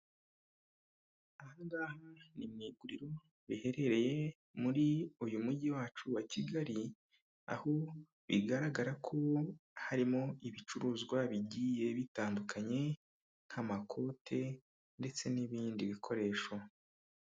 Aha ngaha ni mu iguriro riherereye muri uyu mugi wacu wa kigali aho bigaragara ko harimo ibicuruzwa bigiye bitandukanye, nk'amakote ndetse n'ibindi bikoresho.